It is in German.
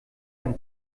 ein